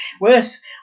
worse